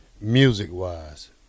Music-wise